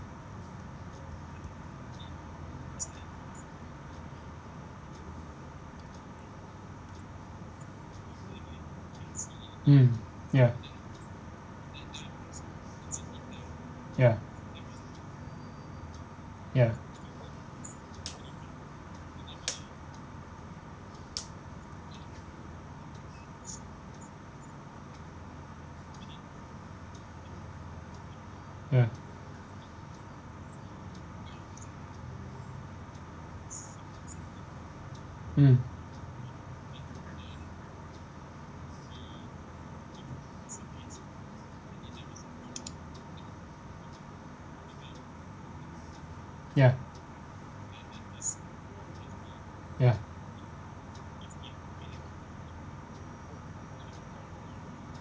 mm ya ya ya ya mm ya ya